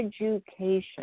education